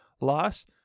loss